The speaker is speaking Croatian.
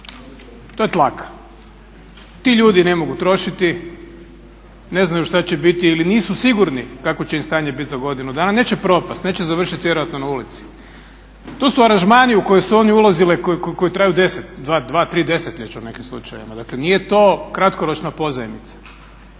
To je tlaka. Ti ljudi ne mogu trošiti, ne znaju što će biti ili nisu sigurni kakvo će im stanje biti za godinu dana, neće propasti, neće vjerojatno završiti na ulici. To su aranžmani u koji su oni ulazili koji traju 2, 3 desetljeća u nekim slučajevima, dakle nije to kratkoročna pozajmica.